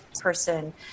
person